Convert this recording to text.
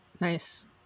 Nice